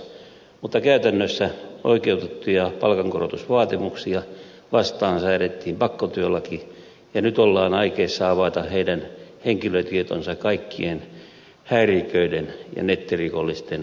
mutta käytännössä oikeutettuja palkankorotusvaatimuksia vastaan säädettiin pakkotyölaki ja nyt ollaan aikeissa avata heidän henkilötietonsa kaikkien häiriköiden ja nettirikollisten riepoteltavaksi